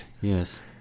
Yes